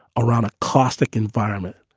around a kostik environment.